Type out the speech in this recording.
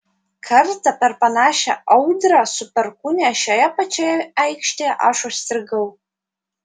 kartą per panašią audrą su perkūnija šioje pačioje aikštėje aš užstrigau